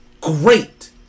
great